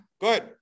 Good